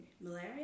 malaria